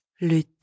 Le